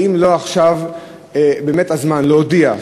האם לא צריך באמת עכשיו להודיע,